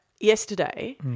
Yesterday